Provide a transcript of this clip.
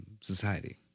society